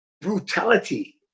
brutality